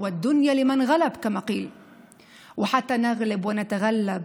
ולהוכיח שהזכות נלקחת ולא ניתנת,